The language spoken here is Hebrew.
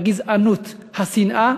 הגזענות, השנאה,